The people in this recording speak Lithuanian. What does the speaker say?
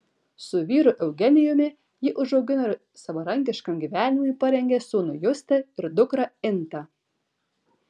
su vyru eugenijumi ji užaugino ir savarankiškam gyvenimui parengė sūnų justą ir dukrą intą